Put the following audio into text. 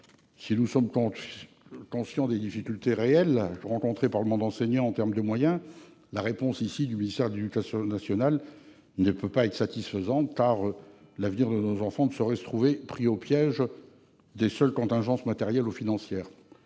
Si nous sommes conscients des difficultés réelles rencontrées par le monde enseignant en termes de moyens, la réponse du ministère de l'éducation nationale ne peut pas être satisfaisante : l'avenir de nos enfants ne saurait se trouver pris au piège des seules contingences matérielles ou financières